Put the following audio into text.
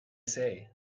say